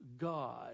God